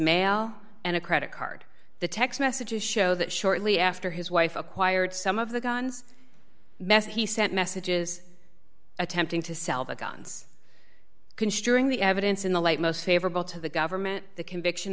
mail and a credit card the text messages show that shortly after his wife acquired some of the guns message he sent messages attempting to sell the guns considering the evidence in the light most favorable to the government the conviction